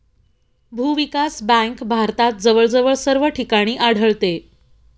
भूविकास बँक भारतात जवळजवळ सर्व ठिकाणी आढळते